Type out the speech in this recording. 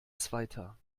zweiter